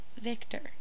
victor